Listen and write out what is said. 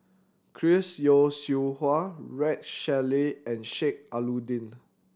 Chris Yeo Siew Hua Rex Shelley and Sheik Alau'ddin